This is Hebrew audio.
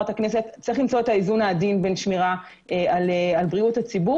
יש למצוא את האיזון העדין בין שמירה על בריאות הציבור